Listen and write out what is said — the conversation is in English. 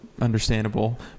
understandable